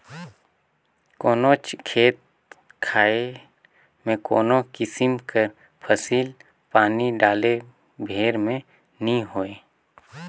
कोनोच खेत खाएर में कोनो किसिम कर फसिल पानी डाले भेर में नी होए